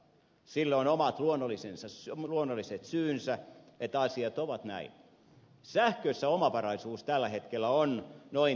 sillä on omat luonnolliset syynsä että asiat ovat näin sähköiseomavaraisuus tällä hetkellä on noin